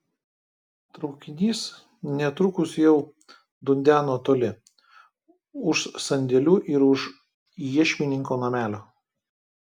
traukinys netrukus jau dundeno toli už sandėlių ir už iešmininko namelio